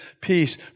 peace